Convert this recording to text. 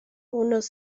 unos